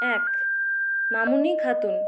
এক মামনি খাতুন